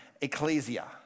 ecclesia